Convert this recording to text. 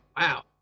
wow